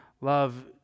love